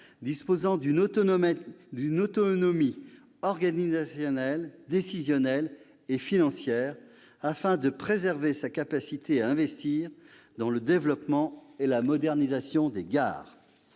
disposant d'une autonomie organisationnelle, décisionnelle et financière, afin de préserver la capacité de l'entreprise à investir dans le développement et dans la modernisation des gares.